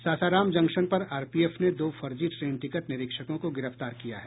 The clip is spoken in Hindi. सासाराम जंक्शन पर आरपीएफ ने दो फर्जी ट्रेन टिकट निरीक्षकों को गिरफ्तार किया है